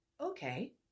okay